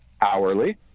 hourly